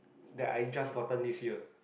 that I just gotten this year